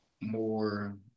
more